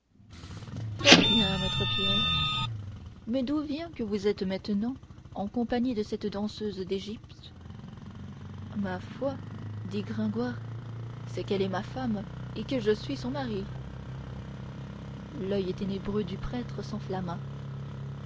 fort bien maître pierre mais d'où vient que vous êtes maintenant en compagnie de cette danseuse d'égypte ma foi dit gringoire c'est qu'elle est ma femme et que je suis son mari l'oeil ténébreux du prêtre